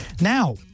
Now